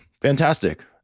Fantastic